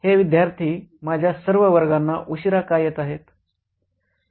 हे विद्यार्थी माझ्या सर्व वर्गांना उशीरा का येत असत